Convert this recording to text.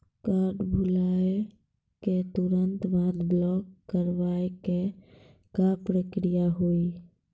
Card भुलाए के तुरंत बाद ब्लॉक करवाए के का प्रक्रिया हुई?